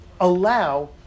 allow